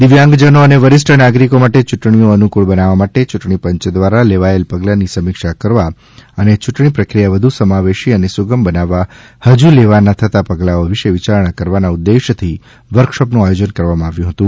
દિવ્યાંગજનો અને વરિષ્ઠ નાગરિકો માટે ચૂંટણીઓ અનૂક્ર્ણ બનાવવા માટે ચૂંટણી પંચ દ્વારા લેવાયેલ પગલાંની સમીક્ષા કરવા અને યૂંટણી પ્રક્રિયા વધુ સમાવેશી અને સુગમ બનાવવા હજુ લેવાના થતા પગલાંઓ વિશે વિચારણા કરવાના ઉદ્દેશથી વર્કશોપનું આયોજન કરવામાં આવ્યું હતું